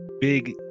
big